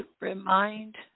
remind